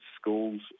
schools